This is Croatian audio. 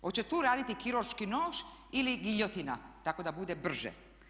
Hoće tu raditi kirurški nož ili giljotina, tako da bude brže.